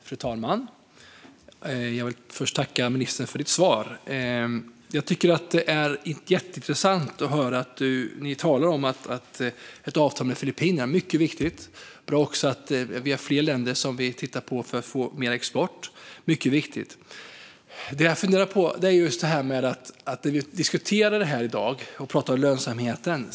Fru talman! Jag vill först tacka ministern för svaret. Det är jätteintressant att höra att ni talar om ett avtal med Filippinerna. Det är mycket viktigt. Det är också bra att vi har fler länder att titta på för att få mer export. Det är mycket viktigt. Vi talar i dag om lönsamheten.